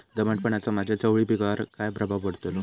दमटपणाचा माझ्या चवळी पिकावर काय प्रभाव पडतलो?